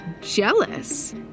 jealous